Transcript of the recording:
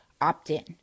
opt-in